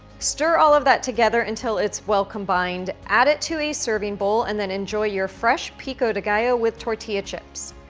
stir all of that together until it's well combined, add it to a serving bowl and then enjoy your fresh pico de gallo with tortilla chips.